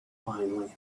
finally